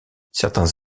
certains